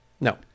no